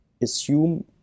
assume